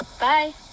Bye